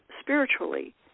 spiritually